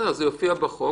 אוקי, זה יופיע בחוק.